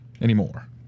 anymore